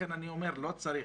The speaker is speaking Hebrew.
לכן אני אומר: לא צריך,